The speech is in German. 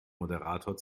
moderator